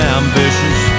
ambitious